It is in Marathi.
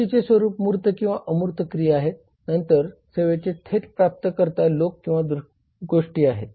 कृतीचे स्वरूप मूर्त किंवा अमूर्त क्रिया आहे नंतर सेवेचे थेट प्राप्तकर्ता लोक किंवा गोष्टी आहेत